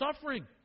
suffering